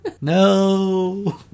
No